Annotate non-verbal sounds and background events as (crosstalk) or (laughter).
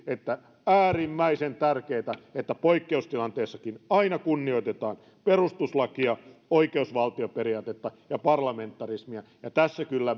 että on äärimmäisen tärkeätä että poikkeustilanteessakin aina kunnioitetaan perustuslakia oikeusvaltioperiaatetta ja parlamentarismia ja tässä kyllä (unintelligible)